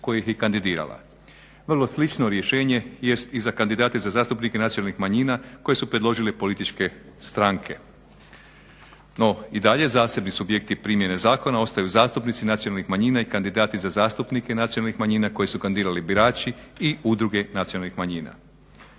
koja ih je i kandidirala. Vrlo slično rješenje jest i za kandidate za zastupnike nacionalnih manjina koje su predložile političke stranke. No i dalje zasebni subjekti primjene zakona ostaju zastupnici nacionalnih manjina i kandidati za zastupnike nacionalnih manjina koje su kandidirali birači i udruge nacionalnih manjina.